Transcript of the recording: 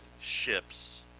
ships